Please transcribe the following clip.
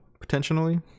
potentially